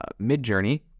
Midjourney